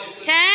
ten